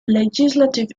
legislative